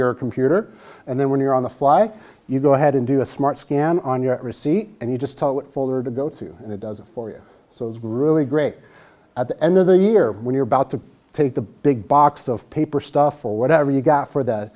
your computer and then when you're on the fly you go ahead and do a smart scan on your receipt and you just tell it what folder to go to and it does it for you so it's really great at the end of the year when you're about to take the big box of paper stuff or whatever you got for th